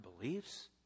beliefs